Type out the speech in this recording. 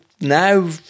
now